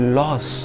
loss